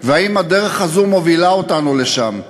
והאם הדרך הזאת מובילה אותנו לשם.